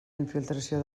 infiltració